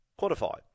quantify